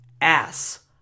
Ass